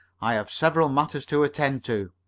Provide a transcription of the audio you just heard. i have several matters to attend to.